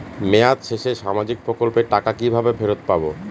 মেয়াদ শেষে সামাজিক প্রকল্পের টাকা কিভাবে ফেরত পাবো?